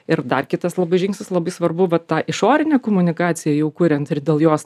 ir dar kitas labai žingsnis labai svarbu vat tą išorinę komunikaciją jau kuriant ir dėl jos